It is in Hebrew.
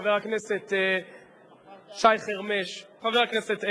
חבר הכנסת שי חרמש וחבר הכנסת אדרי,